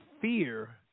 fear